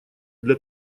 для